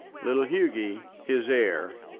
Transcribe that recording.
little hughy, his heir,